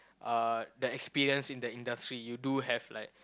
uh the experience in the industry you do have like